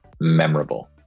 memorable